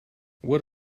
what